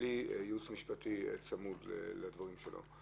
בלי ייעוץ משפטי צמוד לדברים שלו.